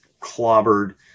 clobbered